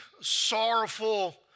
sorrowful